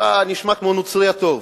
אתה נשמע כמו הנוצרי הטוב: